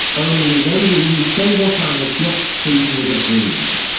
only then do we say what i have just seen was a dream.